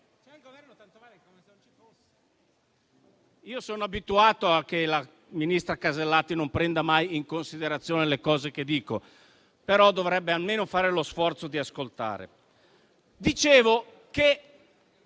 Sono abituato al fatto che la ministra Casellati non prenda mai in considerazione le cose che dico, però dovrebbe almeno fare lo sforzo di ascoltare.